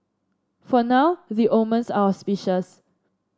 for now the omens are auspicious